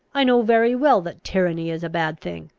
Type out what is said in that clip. i know very well that tyranny is a bad thing.